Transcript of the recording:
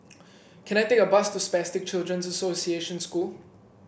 can I take a bus to Spastic Children's Association School